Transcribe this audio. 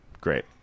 Great